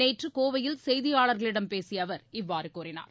நேற்றுகோவையில் செய்தியாளர்களிடம் பேசியஅவர் இவ்வாறுகூறினார்